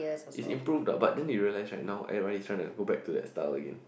it's improve but then you realise right now everyone was try to go back to that style again